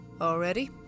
Already